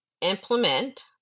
implement